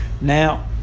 Now